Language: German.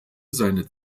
seine